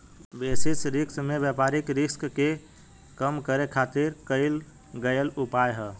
basis risk में व्यापारिक risk के कम करे खातिर कईल गयेल उपाय ह